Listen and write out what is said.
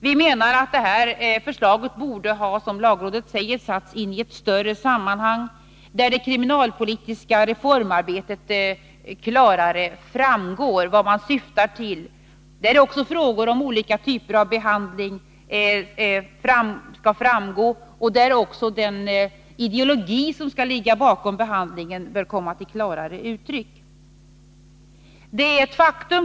Vi menar att detta förslag, som lagrådet säger, borde ha tagits in ett större sammanhang, där det klarare framgår vad det kriminalpolitiska reformarbetet syftar till, där frågor om olika typer av behandling framgår och där också den ideologi som skall ligga bakom behandlingen bör komma till klarare uttryck.